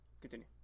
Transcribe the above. Continue